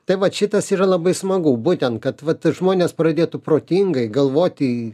tai vat šitas yra labai smagu būtent kad vat žmonės pradėtų protingai galvoti